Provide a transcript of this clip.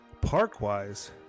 park-wise